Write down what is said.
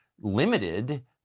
limited